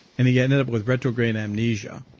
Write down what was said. and he ended up with retrograde amnesia.